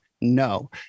No